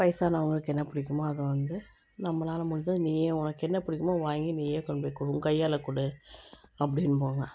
வயதானவங்களுக்கு என்ன பிடிக்குமோ அதை வந்து நம்மளால் முடிஞ்சது நீயே உனக்கு என்ன பிடிக்குமோ வாங்கி நீயே கொண்டு போய் கொடு உன் கையால் கொடு அப்படின்போங்க